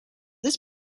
this